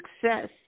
success